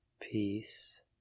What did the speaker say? peace